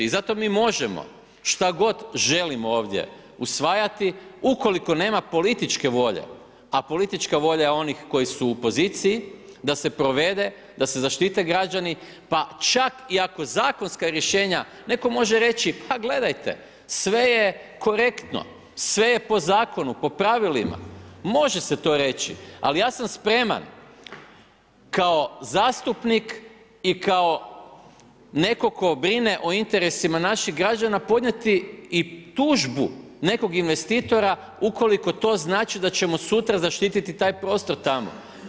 zato mi možemo šta god želimo ovdje usvajati ukoliko nema političke volje, a politička volja je onih koji su u poziciji da se provede, da se zaštite građani, pa čak i ako zakonska rješenja, neko može reći pa gledajte sve je korektno, sve je po zakonu, po pravilima, može se to reći, ali ja sam spreman kao zastupnik i kao neko ko brine o interesima naših građana podnijeti i tužbu nekog investitora ukoliko to znači da ćemo sutra zaštiti taj prostor tamo.